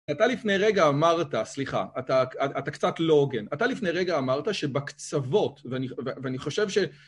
אתה לפני רגע אמרת, סליחה, אתה קצת לא הוגן, אתה לפני רגע אמרת שבקצוות, ואני חושב ש...